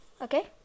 okay